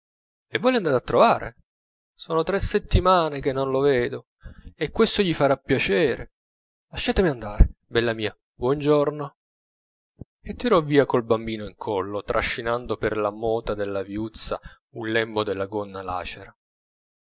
e voi l'andate a trovare sono tre settimane che non lo vedo e questo gli farà piacere lasciatemi andare bella mia buongiorno e tirò via col bambino in collo trascinando per la mota della viuzza un lembo della gonna lacera